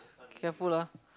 careful ah